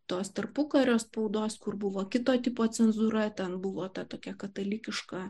tos tarpukario spaudos kur buvo kito tipo cenzūra ten buvo ta tokia katalikiška